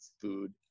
food